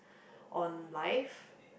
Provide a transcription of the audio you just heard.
on life